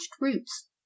roots